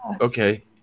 okay